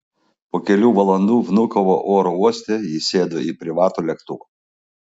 po kelių valandų vnukovo oro uoste jis sėdo į privatų lėktuvą